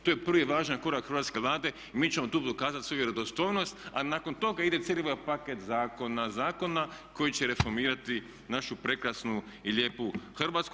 Tu je prvi važan korak hrvatske Vlade i mi ćemo tu dokazati svoju vjerodostojnost, a nakon toga ide cijeli ovaj paket zakona, zakona koji će reformirati našu prekrasnu i lijepu Hrvatsku.